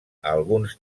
alguns